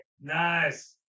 Nice